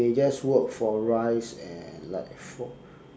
they just work for rice and like for